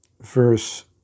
verse